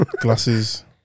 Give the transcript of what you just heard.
Glasses